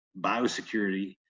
biosecurity